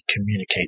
communicate